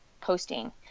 posting